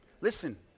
Listen